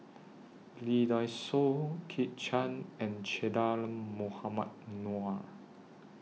Lee Dai Soh Kit Chan and Che Dah Mohamed Noor